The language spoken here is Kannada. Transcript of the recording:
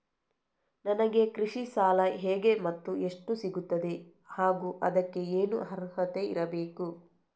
ನನಗೆ ಕೃಷಿ ಸಾಲ ಹೇಗೆ ಮತ್ತು ಎಷ್ಟು ಸಿಗುತ್ತದೆ ಹಾಗೂ ಅದಕ್ಕೆ ಏನು ಅರ್ಹತೆ ಇರಬೇಕು?